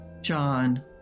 John